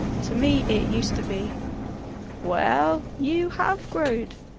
to me it used to be well, you have growed!